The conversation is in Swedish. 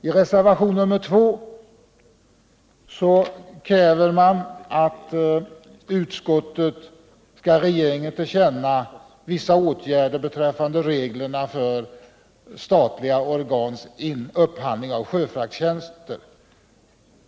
I reservationen 2 krävs att riksdagen som sin mening skall ge regeringen till känna vad som i motionen anförts beträffande reglerna för den statliga upphandlingen av sjöfraktstjänster.